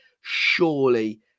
surely